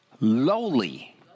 lowly